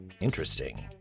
Interesting